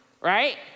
right